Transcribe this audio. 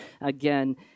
again